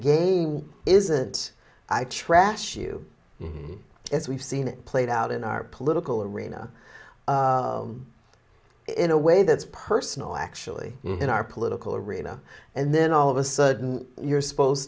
game isn't i trash you as we've seen it played out in our political arena in a way that's personal actually in our political arena and then all of a sudden you're supposed